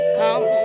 come